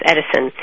Edison